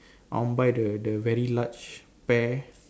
I want buy the the very large pear